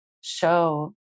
show